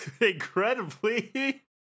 Incredibly